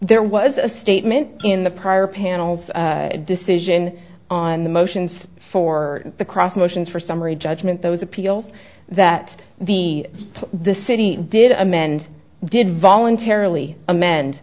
there was a statement in the prior panels decision on the motions for the cross motions for summary judgment those appeals that the the city did amend did voluntarily amend